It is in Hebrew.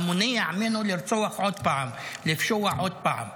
אתה מונע ממנו לרצוח עוד פעם, לפשוע עוד פעם.